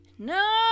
No